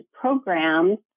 programs